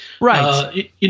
Right